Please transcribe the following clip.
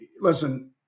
Listen